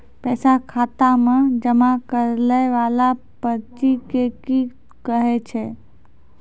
पैसा खाता मे जमा करैय वाला पर्ची के की कहेय छै?